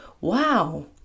wow